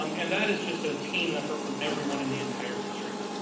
um and that is just a team effort from everyone in the entire district.